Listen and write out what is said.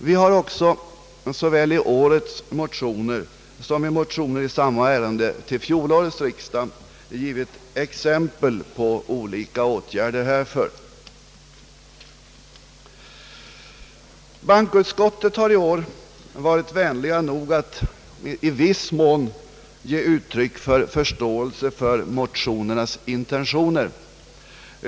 Vi har också såväl i årets motioner som i motioner beträffande samma fråga till fjolårets riksdag givit exempel på olika åtgärder i det syftet. Bankoutskottet har i år varit vänligt nog att i viss mån uttrycka förståelse för motionernas intentioner.